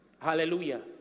hallelujah